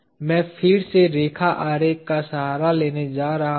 मैं फिर से रेखा आरेख का सहारा लेने जा रहा हूं